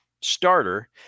starter